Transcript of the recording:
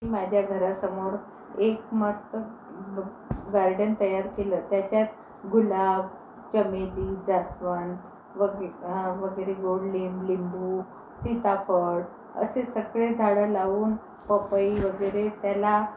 मी माझ्या घरासमोर एक मस्त ब गार्डन तयार केलं त्याच्यात गुलाब चमेली जास्वंद वगे वगैरे गोड लिंब लिंबू सिताफळ असे सगळे झाडं लावून पपई वगैरे त्याला